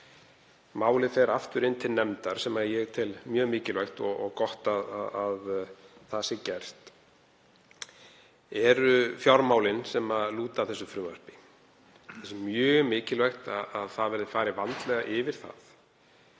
málið fer aftur til nefndar, sem ég tel mjög mikilvægt og gott að sé gert, eru fjármálin sem lúta að þessu frumvarpi. Það er mjög mikilvægt að farið verði vandlega yfir það